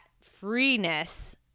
freeness